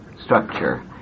structure